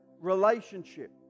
relationship